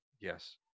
yes